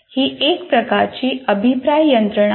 हि एक प्रकारची अभिप्राय यंत्रणा आहे